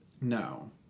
No